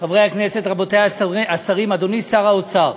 חברי הכנסת, רבותי השרים, אדוני שר האוצר,